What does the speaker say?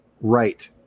right